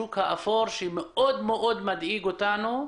השוק האפור שמאוד מדאיג אותנו,